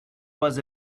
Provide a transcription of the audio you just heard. was